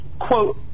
quote